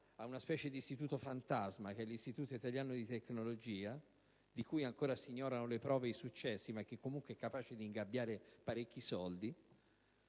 ad una specie di istituto fantasma, che è l'Istituto italiano di tecnologia (IIT), di cui ancora si ignorano le prove ed i successi, ma che comunque è capace di ingabbiare parecchi soldi.